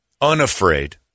unafraid